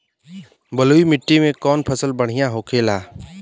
बलुई मिट्टी में कौन फसल बढ़ियां होखे ला?